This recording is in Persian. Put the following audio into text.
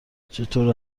چطور